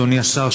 אדוני השר,